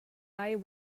eye